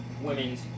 Women's